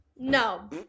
No